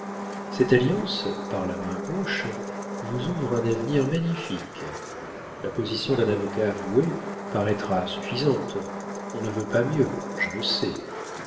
cette alliance par la main gauche vous ouvre un avenir magnifique la position d'un avocat avoué paraîtra suffisante on ne veut pas mieux je le sais